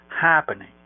happening